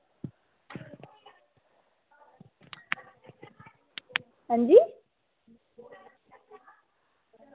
अंजी